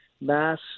mass